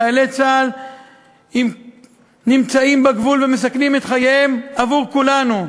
חיילי צה"ל נמצאים בגבול ומסכנים את חייהם עבור כולנו,